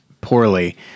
poorly